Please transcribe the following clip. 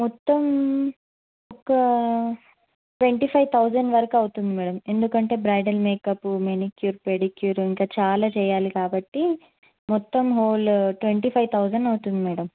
మొత్తం ఒక twenty five thousand వరకు అవుతుంది మేడం ఎందుకంటే బ్రైడల్ మేకప్ మెనిక్యూర్ పెడిక్యూర్ ఇంకా చాలా చెయ్యాలి కాబట్టి మొత్తం హోల్ ట్వెంటీ ఫైవ్ థౌజండ్ అవుతుంది మేడం